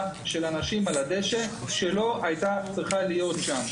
של אנשים על הדשא שלא היתה צריכה להיות שם.